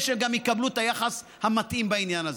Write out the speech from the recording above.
שהם יקבלו את היחס המתאים בעניין הזה.